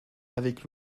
avec